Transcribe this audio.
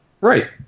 Right